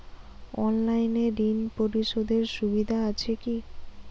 অনলাইনে ঋণ পরিশধের সুবিধা আছে কি?